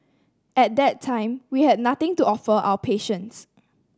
at that time we had nothing to offer our patients